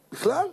בכלל,